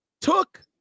took